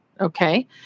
okay